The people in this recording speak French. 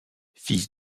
fils